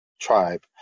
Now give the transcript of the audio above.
tribe